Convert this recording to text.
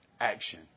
action